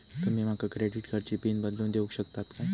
तुमी माका क्रेडिट कार्डची पिन बदलून देऊक शकता काय?